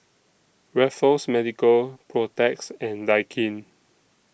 Raffles Medical Protex and Daikin